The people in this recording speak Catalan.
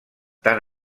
tant